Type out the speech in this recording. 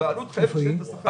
הבעלות חייבת לשלם שכר.